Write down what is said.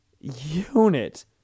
unit